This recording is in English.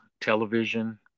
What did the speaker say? television